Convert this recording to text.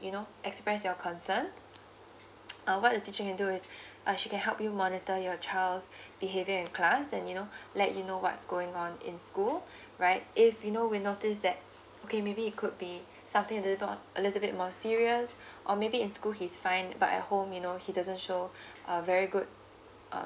you know express your concerns uh what the teacher can do is uh she can help you monitor your child's behavior in class and you know let you know what's going on in school right if you know we noticed that okay maybe it could be something a little bit on a little bit more serious or maybe in school he's fine but at home you know he doesn't show a very good uh